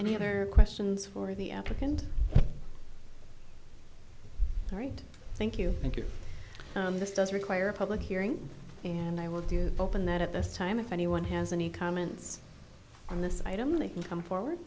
any other questions for the applicant all right thank you thank you this does require a public hearing and i will do you hoping that at this time if anyone has any comments on this item they can come forward